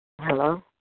Hello